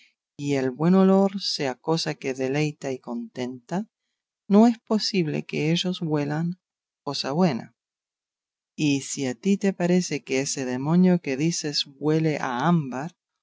y el buen olor sea cosa que deleita y contenta no es posible que ellos huelan cosa buena y si a ti te parece que ese demonio que dices huele a ámbar